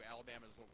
Alabama's